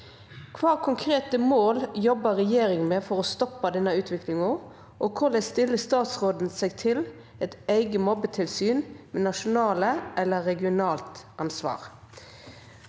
Hva konkret jobber regjeringen med for å stoppe denne utviklingen, og hvordan stiller statsråden seg til et eget mobbetilsyn med nasjonalt eller regionalt ansvar?»